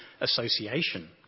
association